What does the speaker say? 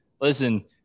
listen